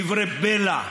דברי בלע,